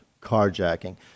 carjacking